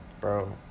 Bro